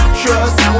trust